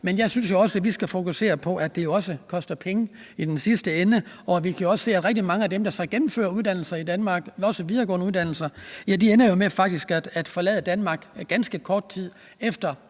men jeg synes jo , at vi skal fokusere på, at det også koster penge i den sidste ende. Vi kan også se, at rigtig mange af dem, der så gennemfører uddannelser i Danmark, også videregående uddannelser, faktisk ender med at forlade Danmark, ganske kort tid efter